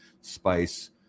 spice